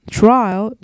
trial